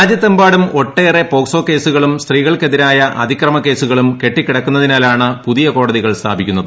രാജ്യത്തെമ്പാടും കേസുകളും സ്ത്രീകൾക്കെതിരായ അതിക്രമ കേസുകളും കെട്ടിക്കിടക്കുന്നതിനാലാണ് പുതിയ കോടതികൾ സ്ഥാപിക്കുന്നത്